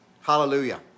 Hallelujah